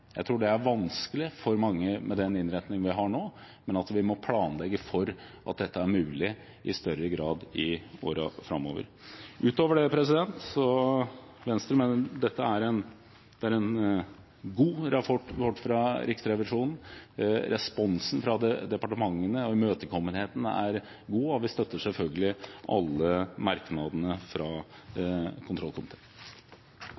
Jeg tror det er vanskelig for mange med den innretningen vi har nå, men vi må planlegge for at dette i større grad er mulig i årene framover. Utover det mener Venstre at dette er en god rapport fra Riksrevisjonen. Responsen fra departementene og imøtekommenheten er god, og vi støtter selvfølgelig alle merknadene fra kontrollkomiteen. Våre soldater og våre veteraner gjør en